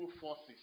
forces